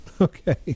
Okay